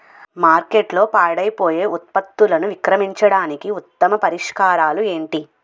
మార్కెట్లో పాడైపోయే ఉత్పత్తులను విక్రయించడానికి ఉత్తమ పరిష్కారాలు ఏంటి?